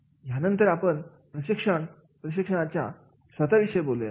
यानंतर आपण प्रशिक्षणाच्या स्वतःविषयी बोलूया